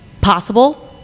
possible